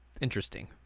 Interesting